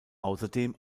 außerdem